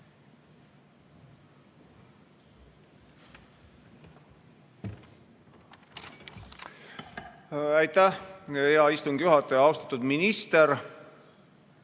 Aitäh! Hea istungi juhataja! Austatud minister!